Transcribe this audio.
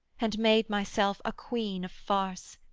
and made myself a queen of farce!